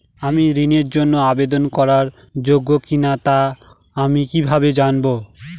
আমি ঋণের জন্য আবেদন করার যোগ্য কিনা তা আমি কীভাবে জানব?